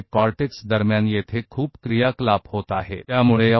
तो कोर्टेक्स के बीच बहुत सारी गतिविधि यहाँ हो रही है